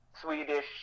Swedish